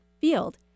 field